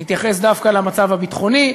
להתייחס דווקא למצב הביטחוני,